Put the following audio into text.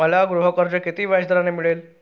मला गृहकर्ज किती व्याजदराने मिळेल?